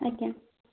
ଆଜ୍ଞା